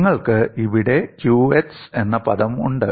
നിങ്ങൾക്ക് ഇവിടെ qx എന്ന പദം ഉണ്ട്